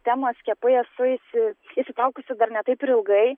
temą skiepai esu įsi įsitraukusi dar ne taip ir ilgai